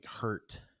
hurt